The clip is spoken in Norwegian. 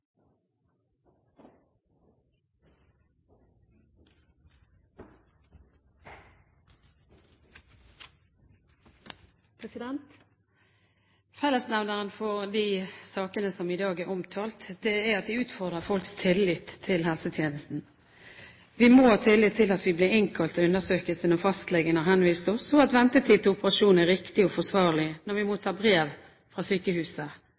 omtalt, er at de utfordrer folks tillit til helsetjenesten. Vi må ha tillit til at vi blir innkalt til undersøkelse når fastlegen har henvist oss, og at ventetid for operasjon er riktig og forsvarlig når vi mottar brev fra sykehuset.